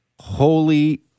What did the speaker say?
holy